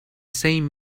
same